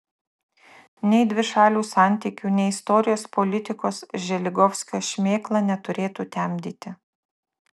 nei dvišalių santykių nei istorijos politikos želigovskio šmėkla neturėtų temdyti